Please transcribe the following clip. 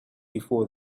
before